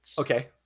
Okay